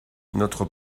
notre